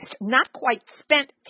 not-quite-spent